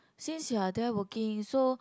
since you're there working so